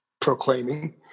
proclaiming